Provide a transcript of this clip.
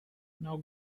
now